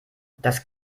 das